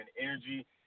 energy